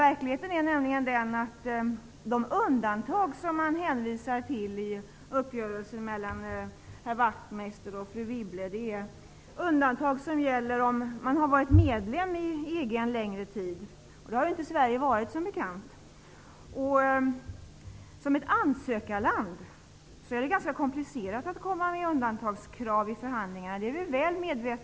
Verkligheten är nämligen den att de undantag som man hänvisar till i uppgörelsen mellan herr Wachtmeister och fru Wibble endast gäller om man varit medlem en längre tid, och det har Sverige som bekant inte varit. För ett ansökarland är det ganska komplicerat att komma med undantagskrav vid förhandlingarna.